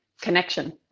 connection